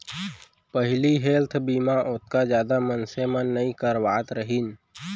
पहिली हेल्थ बीमा ओतका जादा मनसे मन नइ करवात रहिन